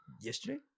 yesterday